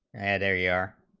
and area are